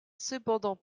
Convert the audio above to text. cependant